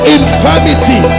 infirmity